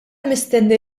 mistenni